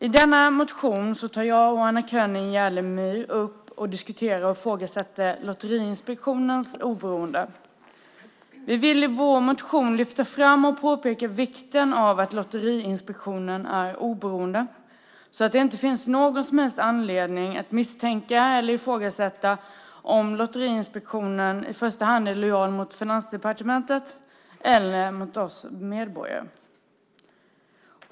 I denna motion tar jag och Anna König Jerlmyr upp och diskuterar och ifrågasätter Lotteriinspektionens oberoende. Vi vill i vår motion lyfta fram och påpeka vikten av att Lotteriinspektionen är oberoende så att det inte finns någon som helst anledning att misstänka eller ifrågasätta om Lotteriinspektionen i första hand är lojal mot Finansdepartementet eller mot oss medborgare.